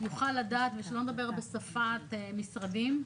יוכל לדעת, ושלא נדבר בשפת משרדים.